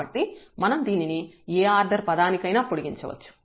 కాబట్టి మనం దీనిని ఏ ఆర్డర్ పదానికైనా పొడిగించవచ్చు